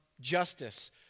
justice